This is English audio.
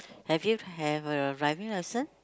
have you have a driving license